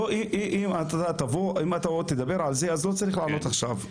אם אתה עוד תדבר על זה, אז לא צריך לענות עכשיו.